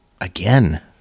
Again